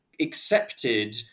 accepted